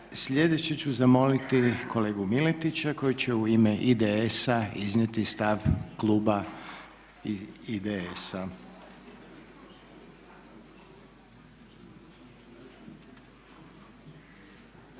Sljedeće ću zamoliti kolegu Miletića koji će u ime IDS-a iznijeti stav kluba IDS-a.